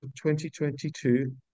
2022